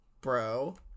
bro